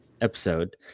episode